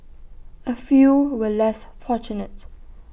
A few were less fortunate